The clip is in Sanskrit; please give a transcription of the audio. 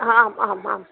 हाम् आम् आं